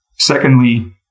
Secondly